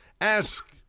Ask